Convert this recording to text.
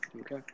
Okay